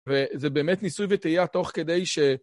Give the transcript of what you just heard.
וזה באמת ניסוי וטעייה תוך כדי ש...